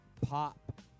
Pop